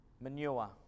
manure